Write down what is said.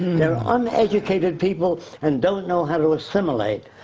they're uneducated people and don't know how to assimilate,